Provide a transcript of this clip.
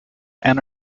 and